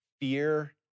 fear